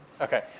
Okay